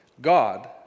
God